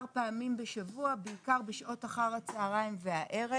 פעמים בשבוע בעיקר בשעות אחר הצוהריים והערב.